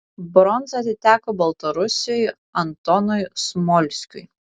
bronza atiteko baltarusiui antonui smolskiui